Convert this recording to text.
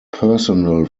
personal